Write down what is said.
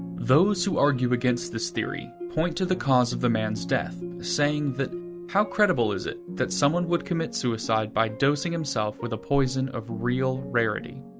those who argue against this theory point to the cause of the man's death saying that how credible is it, that someone would commit suicide by dosing himself with a poison of real rarity?